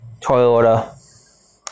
Toyota